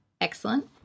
excellent